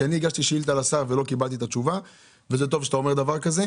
אני הגשתי שאילתה לשר ולא קיבלתי את התשובה וזה טוב שאתה אומר דבר כזה.